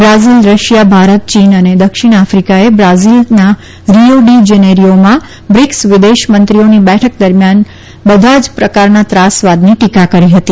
Brazil Russia Bharat ચીન અને દક્ષિણ આફિકાએ બ્રાઝીલના રીયો ડી જેનેરીયોમાં બ્રિકસ વિદેશ મંત્રીઓની બેઠક દરમ્યાન બધા જ પ્રકારના ત્રાસવાદની ટીકા કરી હતી